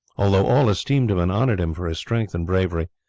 although all esteemed him and honoured him for his strength and bravery,